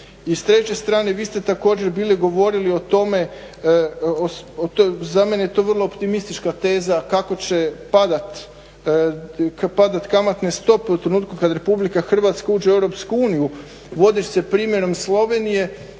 I s treće strane, vi ste također bili govorili o tome, za mene je to vrlo optimistična teza kako će padati kamatne stope u trenutku kad RH uđe u EU vodeći se primjerom Slovenije,